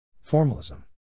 Formalism